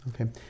Okay